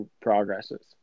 progresses